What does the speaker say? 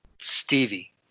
Stevie